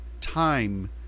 time